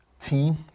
team